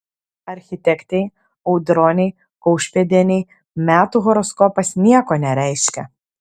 architektei audronei kaušpėdienei metų horoskopas nieko nereiškia